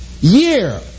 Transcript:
year